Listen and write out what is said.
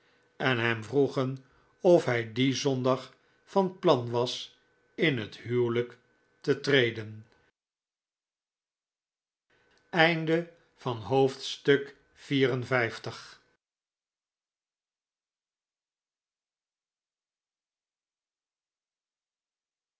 en hem vroegen of hij dien zondag van plan was in het huwelijk te treden hoofdstuk